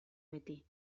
beti